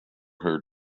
her